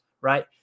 right